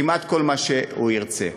כמעט כל מה שהוא ירצה.